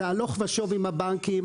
זה הלוך ושוב עם הבנקים.